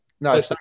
No